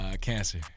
Cancer